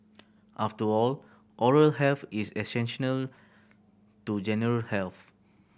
after all oral health is essential to general health